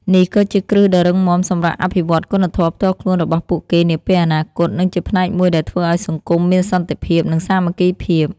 នេះក៏ជាគ្រឹះដ៏រឹងមាំសម្រាប់អភិវឌ្ឍគុណធម៌ផ្ទាល់ខ្លួនរបស់ពួកគេនាពេលអនាគត និងជាផ្នែកមួយដែលធ្វើឱ្យសង្គមមានសន្តិភាព និងសាមគ្គីភាព។